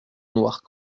noire